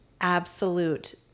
absolute